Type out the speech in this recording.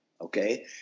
Okay